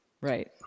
Right